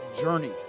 journey